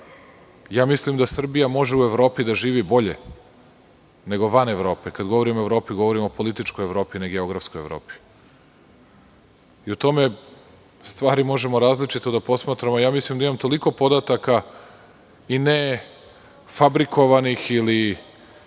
da mislim da Srbija može u Evropi da živi bolje, nego van Evrope. Kada govorim o Evropi, govorim o političkoj Evropi, a ne geografskoj. U tome stvari možemo različito da posmatramo. Mislim da imam toliko podataka i ne fabrikovanih ili